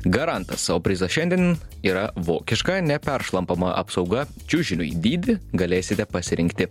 garantaso prizas šiandien yra vokiška neperšlampama apsauga čiužiniui dydį galėsite pasirinkti